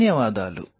ధన్యవాదాలు